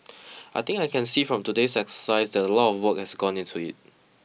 I think I can see from today's exercise that a lot of work has gone into it